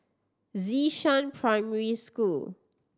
Xishan Primary School